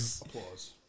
Applause